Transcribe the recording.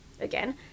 again